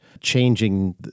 changing